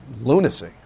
Lunacy